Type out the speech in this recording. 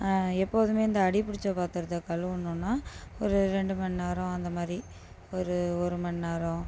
எப்போதுமே இந்த அடிப்பிடித்த பாத்தரத்தை கழுவினோன்னா ஒரு ரெண்டு மணிநேரம் அந்தமாதிரி ஒரு ஒரு மணிநேரம்